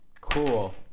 Cool